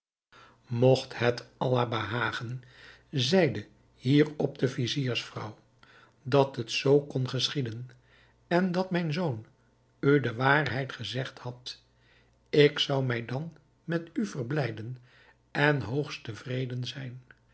mogt het allah behagen zeide hierop de viziersvrouw dat het zoo kon geschieden en dat mijn zoon u de waarheid gezegd had ik zou mij dan met u verblijden en hoogst te vreden zijn